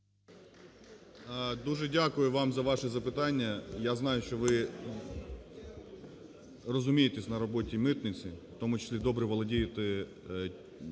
Дуже дякую вам за ваше запитання. Я знаю, що ви розумієтесь на роботі митниці, у тому числі добре володієте